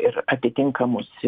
ir atitinkamus